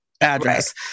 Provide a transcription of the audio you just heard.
address